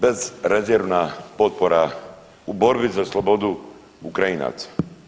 Bezrezervna potpora u borbi za slobodu Ukrajinaca.